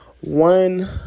one